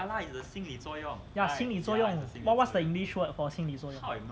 ya 心理作用 what what's the english word for 心理作用